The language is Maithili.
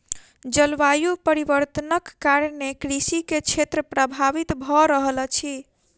जलवायु परिवर्तनक कारणेँ कृषि क्षेत्र प्रभावित भअ रहल अछि